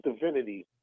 divinity